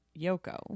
Yoko